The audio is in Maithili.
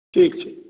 ठीक छै